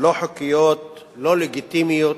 לא חוקיים, לא לגיטימיים.